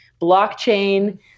blockchain